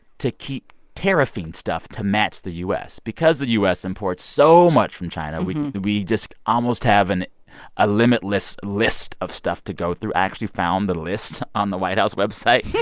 to keep tariffing stuff to match the u s. because the u s. imports so much from china, we we just almost have and a limitless list of stuff to go through. i actually found the list on the white house website. yeah